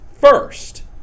First